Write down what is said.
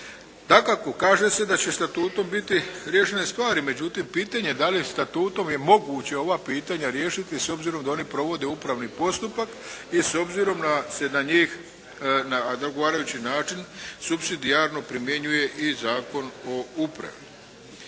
Dakako kaže se da će Statutom biti riješene stvari međutim pitanje je da li Statutom je moguće ova pitanja riješiti s obzirom da oni provode upravni postupak i s obzirom na, se na njih, na odgovarajući način subsidijarno primjenjuje i Zakon o upravi.